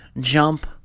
jump